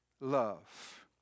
love